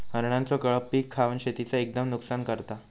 हरणांचो कळप पीक खावन शेतीचा एकदम नुकसान करता